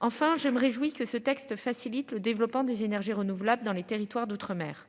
Enfin je me réjouis que ce texte facilite le développement des énergies renouvelables dans les territoires d'outre-mer